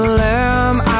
lamb